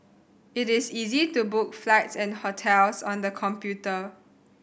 it is easy to book flights and hotels on the computer